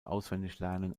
auswendiglernen